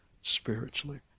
spiritually